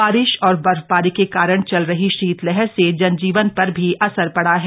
बारिश और बर्फबारी के कारण चल रही शीतलहर से जनजीवन पर भी असर पड़ा है